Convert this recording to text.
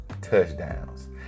touchdowns